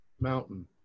mountain